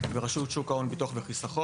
ורשות שוק ההון, ביטוח וחיסכון.